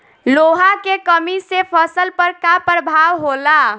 लोहा के कमी से फसल पर का प्रभाव होला?